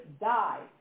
died